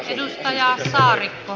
hilkka ja maarit on